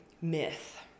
myth